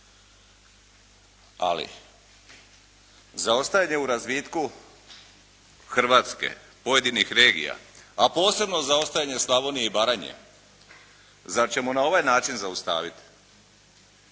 Ali, zaostajanje u razvitku Hrvatske pojedinih regija a posebno zaostajanje Slavonije i Baranje zar ćemo na ovaj način zaustaviti